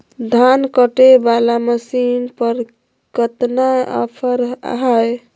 धान कटे बाला मसीन पर कतना ऑफर हाय?